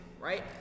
Right